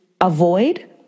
avoid